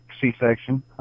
C-section